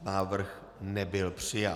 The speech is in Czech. Návrh nebyl přijat.